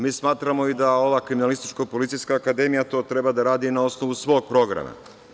Mi smatramo da ova Kriminalističko-policijska akademija to treba da radi na osnovu svog programa.